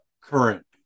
current